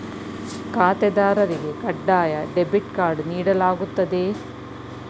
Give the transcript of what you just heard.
ಖಾತೆದಾರರಿಗೆ ಕಡ್ಡಾಯ debit card ನೀಡಲಾಗುತ್ತದೆಯೇ?